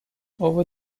over